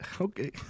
Okay